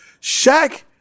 Shaq